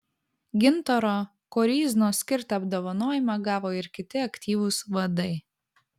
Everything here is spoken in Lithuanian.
gintaro koryznos skirtą apdovanojimą gavo ir kiti aktyvūs vadai